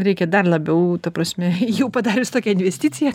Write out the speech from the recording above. reikia dar labiau ta prasme jau padarius tokią investiciją